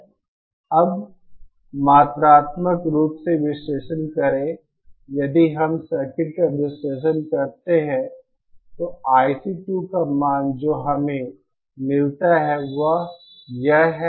अब अब मात्रात्मक रूप से विश्लेषण करें यदि हम सर्किट का विश्लेषण करते हैं तो IC2 का मान जो हमें मिलता है वह यह है